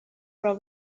راه